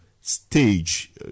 stage